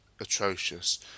Atrocious